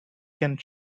can